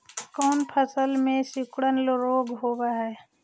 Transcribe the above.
कोन फ़सल में सिकुड़न रोग होब है?